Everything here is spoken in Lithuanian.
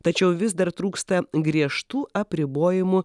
tačiau vis dar trūksta griežtų apribojimų